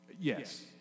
Yes